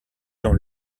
dans